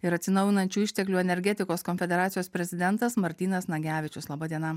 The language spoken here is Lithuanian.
ir atsinaujinančių išteklių energetikos konfederacijos prezidentas martynas nagevičius laba diena